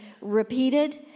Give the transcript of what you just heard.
repeated